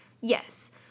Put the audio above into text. yes